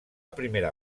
primera